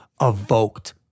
evoked